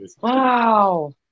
wow